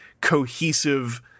cohesive